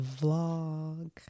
vlog